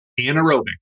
anaerobic